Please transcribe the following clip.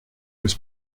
was